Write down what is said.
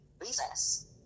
recess